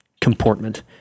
comportment